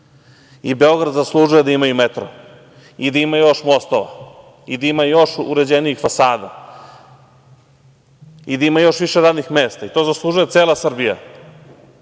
Beograd zaslužuje da ima i metro i da ima još mostova, i da ima još uređenijih fasada, i da ima još više radih mesta. To zaslužuje cela Srbija. To